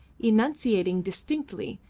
enunciating distinctly,